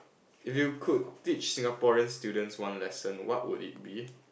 if you could teach Singaporean students one lesson what would it be